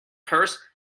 purse